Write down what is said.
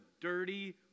dirty